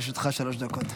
לרשותך שלוש דקות.